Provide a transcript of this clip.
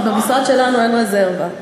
כי במשרד שלנו אין רזרבה.